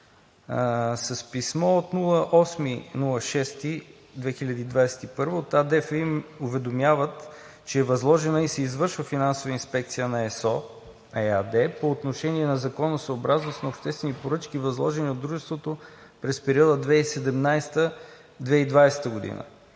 С писмо от 8 юни 2021 г. от АДФИ уведомяват, че е възложена и се извършва финансова инспекция на ЕСО ЕАД по отношение на законосъобразност на обществени поръчки, възложени от Дружеството през периода 2017 – 2020 г.